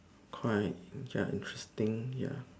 quite ya interesting ya